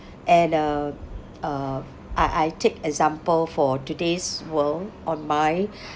and uh uh I I take example for today's world on my